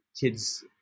kid's